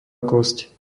kosť